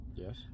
Yes